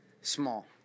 small